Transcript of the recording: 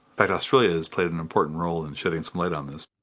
fact australia has played an important role in shedding some light on this.